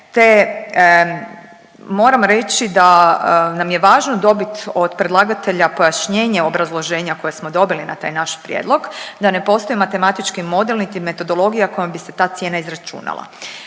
te moram reći da nam je važno dobit od predlagatelja pojašnjenje obrazloženja koje smo dobili na taj naš prijedlog, da ne postoji matematički model niti metodologija kojom bi se ta cijena izračunala.